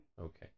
Okay